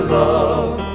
love